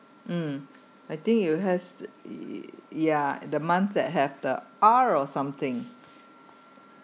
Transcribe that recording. mm I think you has yeah the month that have the R or something